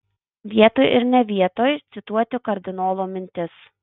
vietoj ir ne vietoj cituoti kardinolo mintis